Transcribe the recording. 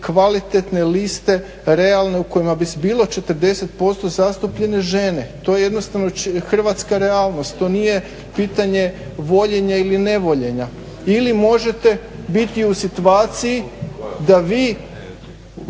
kvalitetne liste realne u kojima bi bilo 40% zastupljene žene. To je jednostavno hrvatska realnost. To nije pitanje voljenja ili nevoljenja. Ili možete biti u situaciji da vi